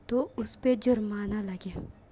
تو اُس پہ جُرمانہ لگے